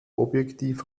objektiv